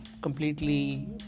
completely